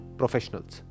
professionals